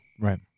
Right